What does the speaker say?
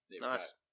Nice